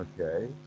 Okay